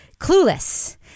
Clueless